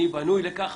אני בנוי לכך,